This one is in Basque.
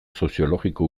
soziologiko